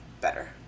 better